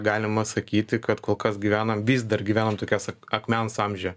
galima sakyti kad kol kas gyvenam vis dar gyvenam tokias akmens amžiuje